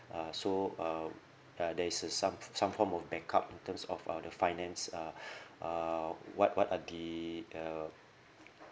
uh so uh uh there is some some form of backup in terms of uh the finance uh (uh)what what are the uh